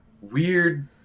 weird